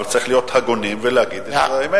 אבל צריך להיות הגונים ולומר את האמת.